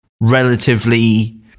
relatively